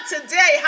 today